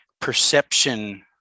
Perception